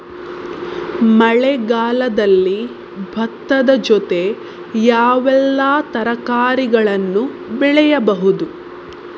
ಮಳೆಗಾಲದಲ್ಲಿ ಭತ್ತದ ಜೊತೆ ಯಾವೆಲ್ಲಾ ತರಕಾರಿಗಳನ್ನು ಬೆಳೆಯಬಹುದು?